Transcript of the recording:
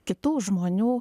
kitų žmonių